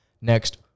next